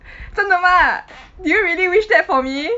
真的吗 do you really wish that for me